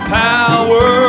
power